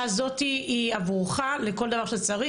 הזאת היא עבורך לכל דבר שאתה צריך,